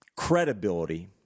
Credibility